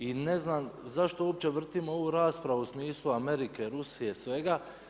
I ne znam zašto uopće vrtimo ovu raspravu u smislu Amerike, Rusije, Svega.